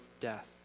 death